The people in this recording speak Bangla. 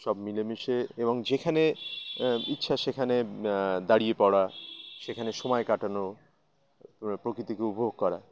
সব মিলেমিশে এবং যেখানে ইচ্ছা সেখানে দাঁড়িয়ে পড়া সেখানে সময় কাটানো প্রকিতিকে উপভোগ করা